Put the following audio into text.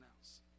else